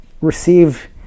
receive